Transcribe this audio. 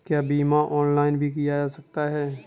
क्या बीमा ऑनलाइन भी किया जा सकता है?